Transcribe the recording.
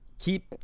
keep